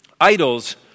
Idols